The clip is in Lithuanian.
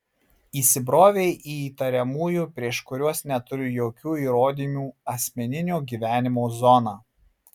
įsibrovei į įtariamųjų prieš kuriuos neturi jokių įrodymų asmeninio gyvenimo zoną